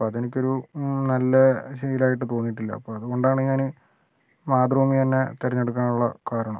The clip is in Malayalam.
ഇപ്പം അതെനിക്കൊരു നല്ല ശീലമായിട്ട് തോന്നിയിട്ടില്ല അപ്പം അതുകൊണ്ടാണ് ഞാൻ മാതൃഭൂമി തന്നെ തിരഞ്ഞെടുക്കാനുള്ള കാരണം